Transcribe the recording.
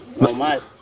Normal